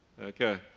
Okay